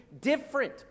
different